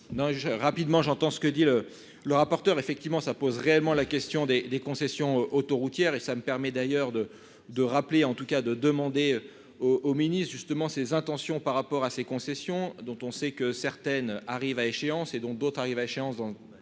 j'ai rapidement, j'entends ce que dit le le rapporteur, effectivement, ça pose réellement la question des des concessions autoroutières et ça me permet d'ailleurs de de rappeler, en tout cas de demander au au Ministre justement ces intentions par rapport à ces concessions, dont on sait que certaines arrive à échéance et dont d'autres arrivent à échéance, donc assez